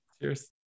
Cheers